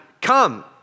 come